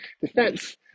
defense